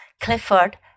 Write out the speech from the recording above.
Clifford